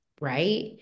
right